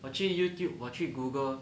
我去 YouTube 我去 Google